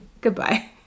goodbye